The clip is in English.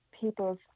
people's